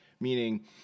Meaning